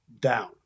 down